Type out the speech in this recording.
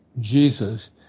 Jesus